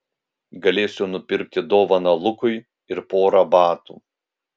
galėsiu nupirkti dovaną lukui ir porą batų